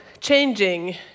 changing